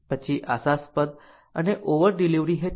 પછી આશાસ્પદ અને ઓવર ડિલિવરી હેઠળ